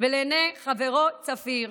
ולעיני חברו צפיר.